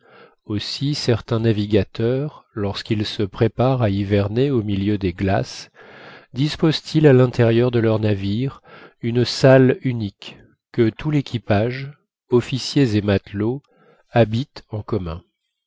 aussi certains navigateurs lorsqu'il se préparent à hiverner au milieu des glaces disposent ils à l'intérieur de leur navire une salle unique que tout l'équipage officiers et matelots habite en commun